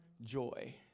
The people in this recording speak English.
joy